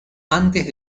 antes